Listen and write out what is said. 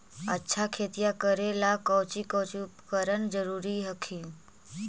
अच्छा खेतिया करे ला कौची कौची उपकरण जरूरी हखिन?